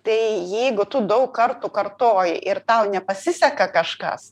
tai jeigu tu daug kartų kartoji ir tau nepasiseka kažkas